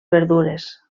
verdures